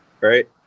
right